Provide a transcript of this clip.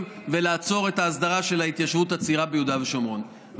ולעצור את ההסדרה של ההתיישבות הצעירה ביהודה ושומרון.